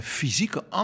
fysieke